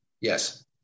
Yes